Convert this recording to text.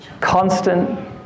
constant